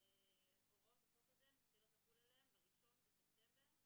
הוראות החוק הזה מתחילות לחול עליהן ב-1 בספטמבר,